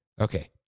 Okay